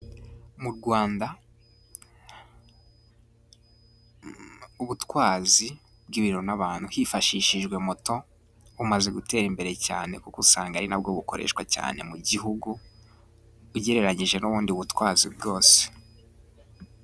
Mu Rwanda ubutwazi bw'ibintu n'abantu hifashishijwe moto bumaze gutera imbere cyane, kuko usanga ari nabwo bukoreshwa cyane mu gihugu, ugereranije n'ubundi butwazi bwose.